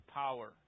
power